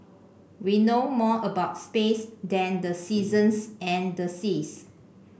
we know more about space than the seasons and the seas